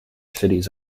cities